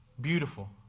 Beautiful